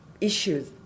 issues